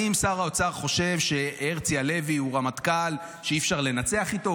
האם שר האוצר חושב שהרצי הלוי הוא רמטכ"ל שאי-אפשר לנצח איתו?